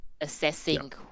assessing